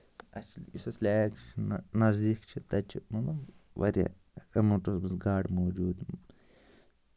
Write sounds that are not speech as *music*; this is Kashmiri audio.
اَسہِ یُس اَسہِ لٮ۪ک چھُ نَزدیٖک چھُ تَتہِ چھُ مطلب واریاہ *unintelligible* گاڈٕ موٗجوٗد